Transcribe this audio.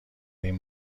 این